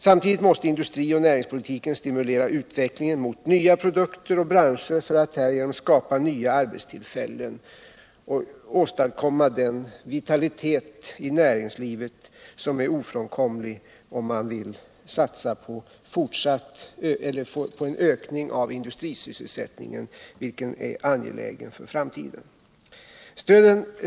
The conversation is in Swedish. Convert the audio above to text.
Samtidigt måste industrioch näringspolitiken stimulera utvecklingen mot nya produkter och branscher för att härigenom skapa nya arbetstillfällen och åstadkomma den vitalitet i näringslivet som är ofrånkomlig om man vill satsa på ökad industrisysselsättning, vilket är angeläget för framtiden.